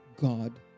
God